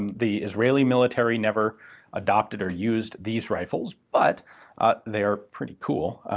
the israeli military never adopted or used these rifles, but they are pretty cool.